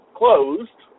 closed